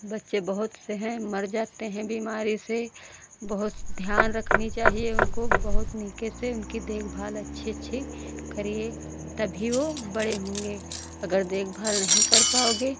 बच्चे बहुत से हैं मर जाते हैं बीमारी से बहुत ध्यान रखनी चाहिए उनको बहुत नीक से उनकी देखभाल अच्छी अच्छी करिए तभी वह बड़े होंगे अगर देखभाल नहीं कर पाओगे